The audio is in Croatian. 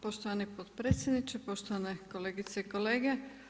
Poštovani potpredsjedniče, poštovane kolegice i kolege.